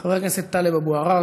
חבר הכנסת טלב אבו עראר,